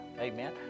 Amen